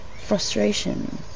Frustration